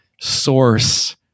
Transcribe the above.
source